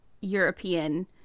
European